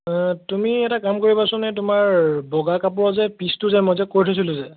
তুমি এটা কাম কৰিবাচোন এই তোমাৰ বগা কাপোৰৰ যে পিচটো যে মই যে কৈ থৈছিলোঁ যে